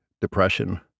depression